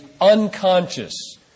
unconscious